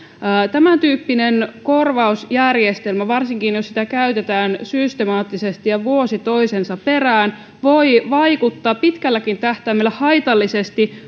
tämän tyyppinen korvausjärjestelmä varsinkin jos sitä käytetään systemaattisesti ja vuosi toisensa perään voi vaikuttaa pitkälläkin tähtäimellä haitallisesti